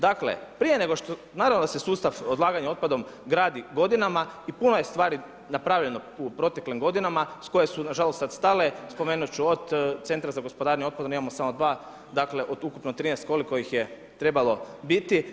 Dakle, prije nego što, naravno da se sustav odlaganja otpadom gradi godinama i puno je stvari napravljeno u proteklim godinama koje su nažalost sada stale, spomenuti ću od Centra za gospodarenjem otpadom, imamo samo 2, dakle od ukupno 13, koliko ih je trebalo biti.